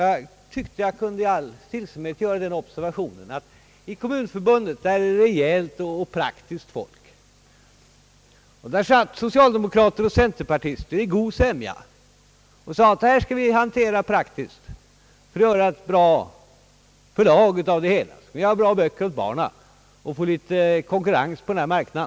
Jag tycker att jag i all stillsamhet kan göra den observationen att i Kommunförbundet, där är det rejält och praktiskt folk, och där satt socialdemokrater och centerpartister i god sämja och sade att den här frågan skall vi hantera praktiskt för att göra ett bra förslag av det hela, ge ut bra böcker åt barnen och skapa litet konkurrens på denna marknad.